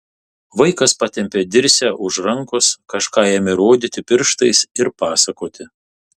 vaikas patempė dirsę už rankos kažką ėmė rodyti pirštais ir pasakoti